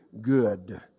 good